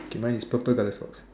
okay mine is purple colour socks